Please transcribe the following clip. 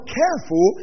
careful